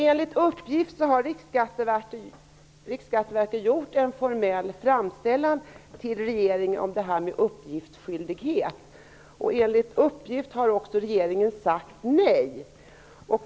Enligt uppgift har Riksskatteverket gjort en formell framställan till regeringen om detta med uppgiftsskyldighet och regeringen har sagt nej.